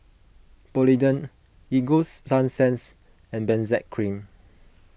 Polident Ego Sunsense and Benzac Cream